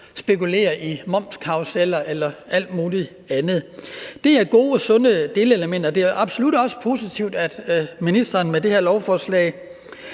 spekulere i momskarruseller eller alt muligt andet. Det er gode, sunde delelementer. Det er absolut også positivt, at ministeren med det her lovforslag